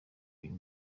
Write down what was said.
uyu